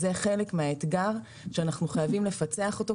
הם חלק מהאתגר שאנחנו חייבים לפצח אותו,